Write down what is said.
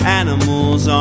animals